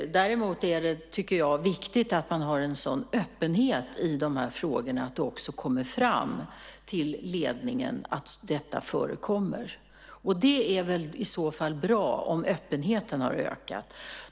Däremot tycker jag att det är viktigt att man har en sådan öppenhet i de här frågorna att det också kommer fram till ledningen att detta förekommer. Det är väl i så fall bra om öppenheten har ökat.